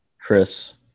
Chris